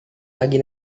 lagi